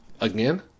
Again